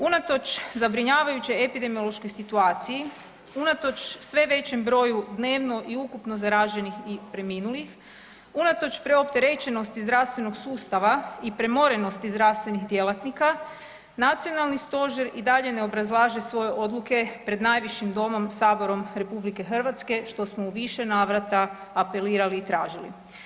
Unatoč zabrinjavajućoj epidemiološkoj situaciji, unatoč sve većem broju dnevno i ukupno zaraženih i preminulih, unatoč preopterećenosti zdravstveno sustava i premorenosti zdravstvenih djelatnika, nacionalni stožer i dalje ne obrazlaže svoje odluke pred najvišim domom Saborom RH što smo u više navrata apelirali i tražili.